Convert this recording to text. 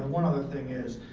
one other thing is,